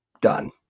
Done